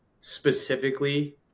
specifically